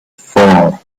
four